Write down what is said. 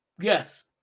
Yes